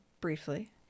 briefly